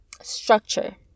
structure